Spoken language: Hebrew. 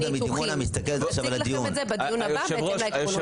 נציג לכם את זה בדיון הבא בהתאם לעקרונות.